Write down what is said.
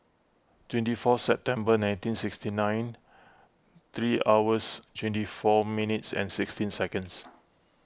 twenty four September nineteen sixty nine three hours twenty four minutes and sixteen seconds